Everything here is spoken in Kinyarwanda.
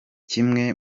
kimwe